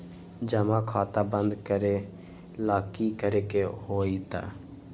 जमा खाता बंद करे ला की करे के होएत?